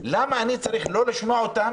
למה אני צריך לא לשמוע אותן